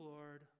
Lord